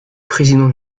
président